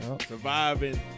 Surviving